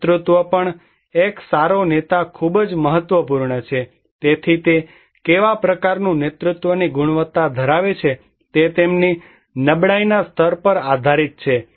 નેતૃત્વ પણ એક સારો નેતા ખૂબ જ મહત્વપૂર્ણ છે તેથી તે કેવા પ્રકારનું નેતૃત્વની ગુણવત્તા ધરાવે છે તે તેમની નબળાઈના સ્તર પર આધારિત છે